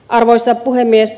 arvoisa puhemies